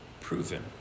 proven